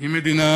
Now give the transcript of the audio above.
היא מדינה